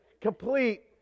complete